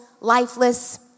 lifeless